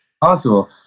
Possible